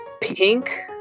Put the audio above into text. pink